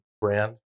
brand